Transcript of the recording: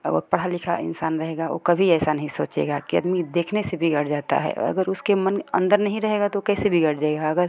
या बहुत पढ़ा लिखा इंसान रहेगा वो कभी ऐसा नहीं सोचेगा कि आदमी देखने से बिगड़ जाता है अगर उसके मन के अंदर नहीं रहेगा तो वो कैसे बिगड़ जाएगा अगर